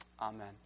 Amen